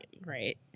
Right